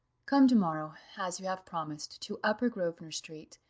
come to-morrow, as you have promised, to upper grosvenor-street,